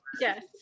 Yes